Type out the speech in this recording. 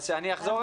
אז אני אחזור.